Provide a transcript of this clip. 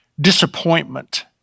disappointment